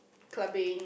clubbing